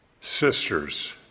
sisters